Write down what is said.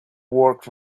work